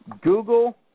Google